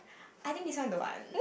I think this one don't want